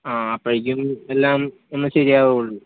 ആ അപ്പോഴെക്കും എല്ലാം ഒന്ന് ശരിയാവുള്ളു